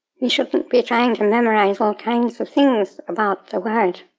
we shouldn't be trying to memorize all kinds of things about the word.